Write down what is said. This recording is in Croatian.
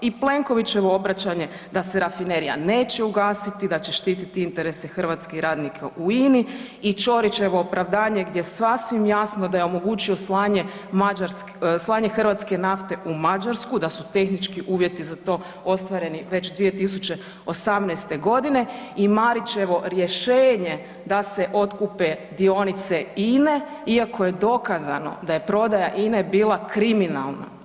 I Plenkovićevo obraćanje da se rafinerija neće ugasiti, da će štititi interese hrvatskih radnika u INA-i i Čorićevo opravdanje gdje je sasvim jasno da je omogućio slanje hrvatske nafte u Mađarsku, da su tehnički uvjeti za to ostvareni već 2018. g. i Marićevo rješenje da se otkupe dionice INA-e iako je dokazano da je prodaja INA-e bila kriminalna.